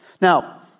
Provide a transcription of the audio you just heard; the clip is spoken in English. Now